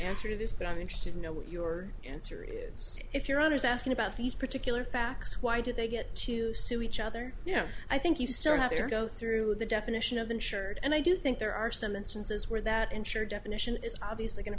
answer to this but i'm interested know what your answer is if your honor is asking about these particular facts why did they get to sue each other yeah i think you still have your go through the definition of insured and i do think there are some instances where that insurer definition is obviously go